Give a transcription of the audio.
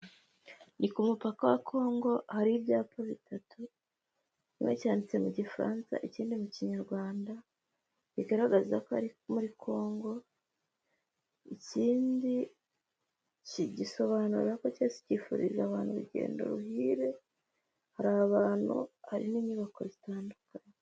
Ni ku mupaka wa Kongo hari ibyapa bitatu, kimwe cyanditse mu gifaransa, ikindi mu kinyarwanda, bigaragaza ko ari muri Kongo, ikindi gisobanura ko cyose cyifuriza abantu urugendo ruhire, hari abantu hari n'inyubako zitandukanye.